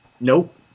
Nope